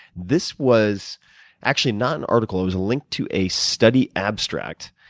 this was actually not an article. it was a link to a study abstract